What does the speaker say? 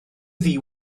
ddi